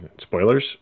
Spoilers